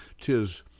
Tis